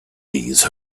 these